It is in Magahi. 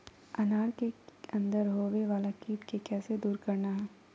अनार के अंदर होवे वाला कीट के कैसे दूर करना है?